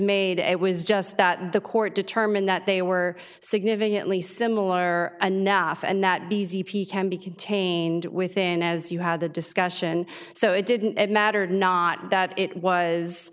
made it was just that the court determined that they were significantly similar enough and that be z p can be contained within as you had the discussion so it didn't matter not that it was